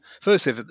firstly